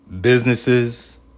businesses